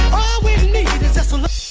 we need is just to love